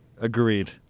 Agreed